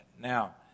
Now